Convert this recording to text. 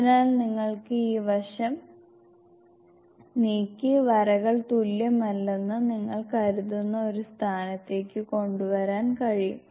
അതിനാൽ നിങ്ങൾക്ക് ഈ വശം നീക്കി വരകൾ തുല്യമല്ലെന്ന് നിങ്ങൾ കരുതുന്ന ഒരു സ്ഥാനത്തേക്ക് കൊണ്ടുവരാൻ കഴിയും